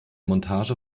montage